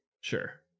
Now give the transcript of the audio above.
Sure